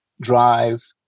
drive